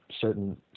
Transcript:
certain